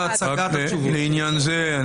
לעניין זה,